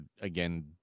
again